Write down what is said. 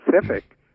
Pacific